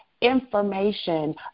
information